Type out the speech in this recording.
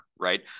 Right